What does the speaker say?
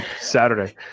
Saturday